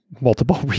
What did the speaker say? multiple